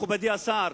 מכובדי השר,